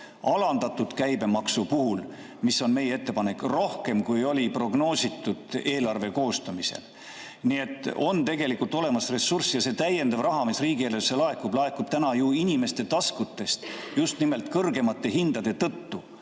alandatud käibemaksu puhul, mis on meie ettepanek – rohkem, kui oli prognoositud eelarve koostamisel. On tegelikult olemas ressurss ja see täiendav raha, mis riigieelarvesse laekub, laekub täna ju inimeste taskutest just nimelt kõrgemate hindade tõttu.